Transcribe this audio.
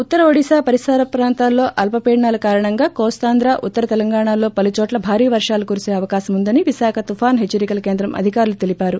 ఉత్తర ఒడిశా పరిసర ప్రాంతాల్లో అల్స పీడనాల కారణంగా కోస్తాంధ్ర ఉత్తర తెలంగాణల్లో పలు చోట్ల భారీ వర్షాలు కురీసే అవకాశం ఉందని విశాఖ తుపాను హెచ్చరికల కేంద్రం అధికారులు తెలిపారు